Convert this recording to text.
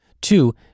Two